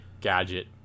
gadget